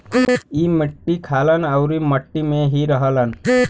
ई मट्टी खालन आउर मट्टी में ही रहलन